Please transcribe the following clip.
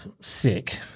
sick